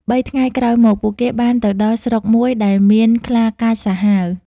បីថ្ងៃក្រោយមក ពួកគេបានទៅដល់ស្រុកមួយដែលមានខ្លាកាចសាហាវ ។